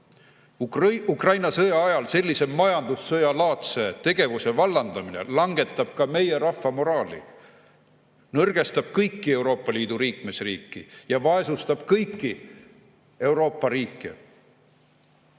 Ukraina sõja ajal sellise majandussõjalaadse tegevuse vallandamine langetab ka meie rahva moraali, nõrgestab kõiki Euroopa Liidu liikmesriike ja vaesestab kõiki Euroopa riike.